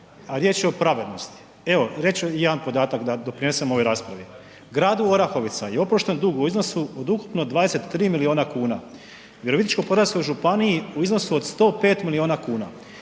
a riječ je o pravednosti. Evo reći ću i jedan podatak da doprinesem ovoj raspravi. Gradu Orahovica je oprošten dug u iznosu od ukupno 23 milijuna kuna, Virovitičko-podravskoj županiji u iznosu od 105 milijuna kuna.